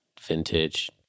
vintage